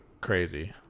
crazy